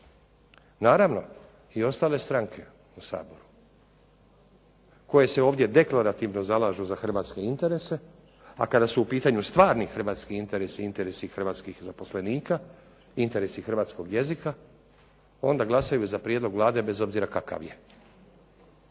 naravno i ostale stranke u Saboru koje se ovdje deklarativno zalažu za Hrvatske interese, a kada su u pitanju stvarni hrvatskih interesi, interesi zaposlenika, interesi hrvatskog jezika onda glasaju za prijedlog Vlade bez obzira kakav je.